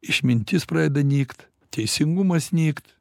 išmintis pradeda nykt teisingumas nykt